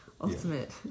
ultimate